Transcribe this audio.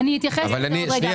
אתייחס לזה עוד רגע.